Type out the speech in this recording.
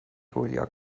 gwylio